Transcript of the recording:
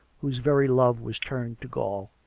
whose very love was turned to gall.